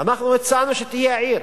ואנחנו הצענו שתהיה עיר,